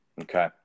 Okay